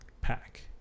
Pack